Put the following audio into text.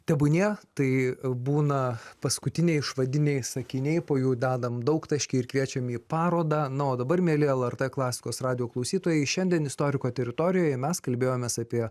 tebūnie tai būna paskutiniai išvadiniai sakiniai po jų dedam daugtaškį ir kviečiam į parodą na o dabar mieli lrt klasikos radijo klausytojai šiandien istoriko teritorijoj mes kalbėjomės apie